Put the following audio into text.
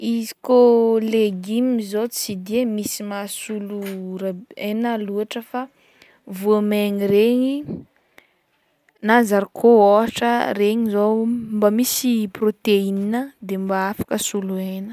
Izy koa legima zao tsy de mahasolo rab- hena loatra fa voamaigny regny na zaricot ôhatra regny zao mba misy proteinina de mba afaka hasolo hena.